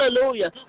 Hallelujah